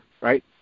right